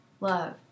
love